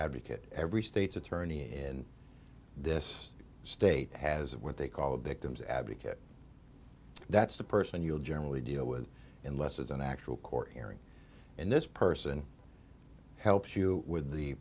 advocate every state's attorney in this state has what they call a victim's advocate that's the person you'll generally deal with unless it's an actual court hearing and this person helps you with the